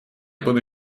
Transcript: буду